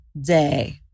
day